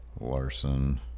Larson